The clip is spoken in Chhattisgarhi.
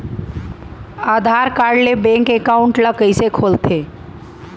आधार कारड ले बैंक एकाउंट ल कइसे खोलथे?